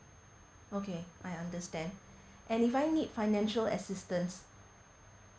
okay I understand and if I need financial assistance